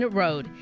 road